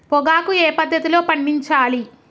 పొగాకు ఏ పద్ధతిలో పండించాలి?